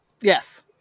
Yes